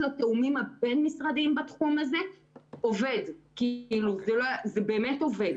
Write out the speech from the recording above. התיאומים הבין-משרדיים בתחום הזה עובד וזה באמת עובד.